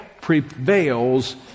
prevails